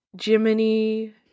Jiminy